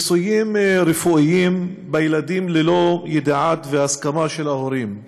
ניסויים רפואיים בילדים ללא ידיעה והסכמה של ההורים,